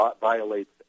violates